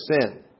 sin